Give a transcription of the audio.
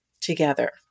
together